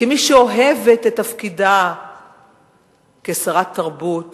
כמי שאוהבת את תפקידה כשרת התרבות